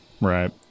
Right